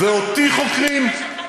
ואותי חוקרים?